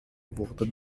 wurden